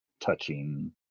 touching